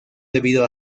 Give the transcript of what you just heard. debido